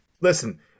listen